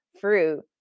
fruit